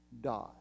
die